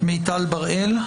שאלות,